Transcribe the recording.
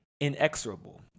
Inexorable